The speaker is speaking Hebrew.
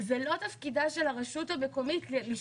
זה לא תפקידה של הרשות המקומית.